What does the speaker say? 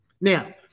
Now